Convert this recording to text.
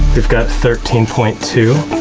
we've got thirteen point two.